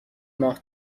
ماه